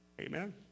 Amen